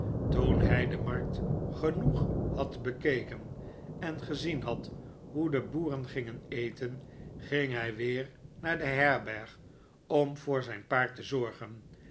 toen hij de markt genoeg had bekeken en gezien had hoe de boeren gingen eten ging hij weer naar de herberg om voor zijn paard te zorgen